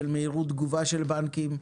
של מהירות תגובה של בנקים,